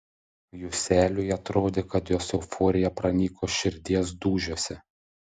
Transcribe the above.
juseliui atrodė kad jos euforija pranyko širdies dūžiuose